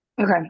okay